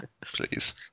Please